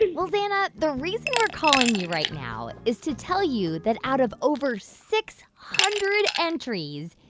ah well, zana, the reason we're calling you right now is to tell you that out of over six hundred entries,